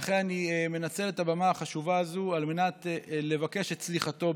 לכן אני מנצל את הבמה החשובה הזאת על מנת לבקש את סליחתו,